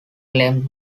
claimed